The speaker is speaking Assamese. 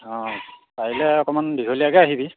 অঁ পাৰিলে অকণমান দীঘলীয়াকৈ আহিবি